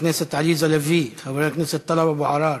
חברת הכנסת עליזה לביא, חבר הכנסת טלב אבו עראר,